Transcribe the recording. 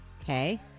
Okay